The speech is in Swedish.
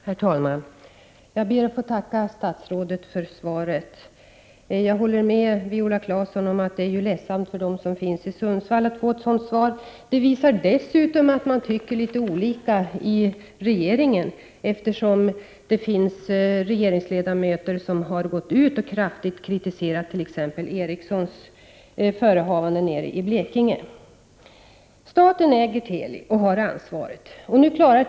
Herr talman! Jag ber att få tacka statsrådet för svaret. Jag håller med Viola Claesson om att det är ledsamt för de anställda i Sundsvall att få ett sådant svar som han lämnade. Det visar dessutom att man inom regeringen tycker litet olika, eftersom det finns regeringsledamöter som har gått ut och kraftigt kritiserat Ericssons förehavanden i Blekinge. Staten äger Teli och har ansvaret för verksamheten.